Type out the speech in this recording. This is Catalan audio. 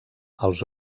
els